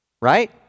right